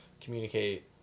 communicate